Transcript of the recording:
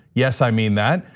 yes, i mean that.